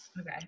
Okay